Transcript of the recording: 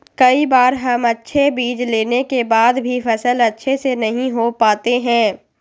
कई बार हम अच्छे बीज लेने के बाद भी फसल अच्छे से नहीं हो पाते हैं?